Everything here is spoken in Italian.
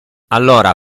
allora